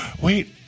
Wait